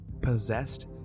possessed